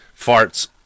farts